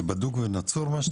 זה בדוק ונצור מה שאתה אומר?